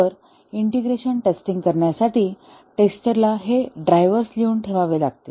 तर integration testing करण्यासाठी टेस्टरला हे ड्रायव्हर्स लिहून ठेवावे लागतील